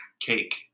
cake